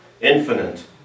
Infinite